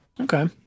Okay